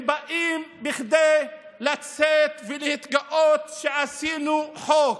הם באים כדי לצאת ולהתגאות: עשינו חוק.